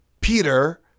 Peter